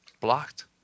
blocked